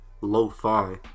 lo-fi